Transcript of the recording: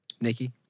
Nikki